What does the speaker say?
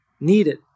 needed